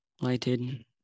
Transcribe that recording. lighted